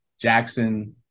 Jackson